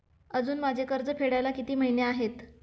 अजुन माझे कर्ज फेडायला किती महिने आहेत?